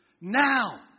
now